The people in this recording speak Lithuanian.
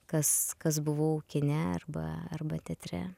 kas kas buvau kine arba arba teatre